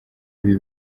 ibi